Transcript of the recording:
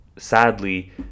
sadly